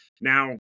Now